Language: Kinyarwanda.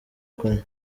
kunywa